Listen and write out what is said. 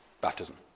baptism